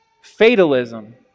fatalism